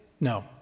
no